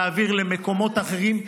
להעביר למקומות אחרים,